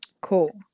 Cool